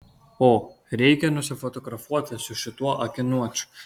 o reikia nusifotografuoti su šituo akiniuočiu